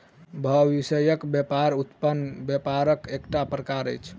भविष्यक व्यापार व्युत्पन्न व्यापारक एकटा प्रकार अछि